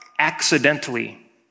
accidentally